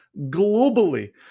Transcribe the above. globally